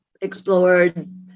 explored